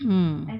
mm